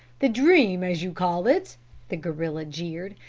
the dream, as you call it the gorilla jeered,